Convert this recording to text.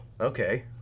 Okay